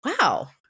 wow